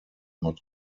not